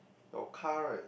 your car right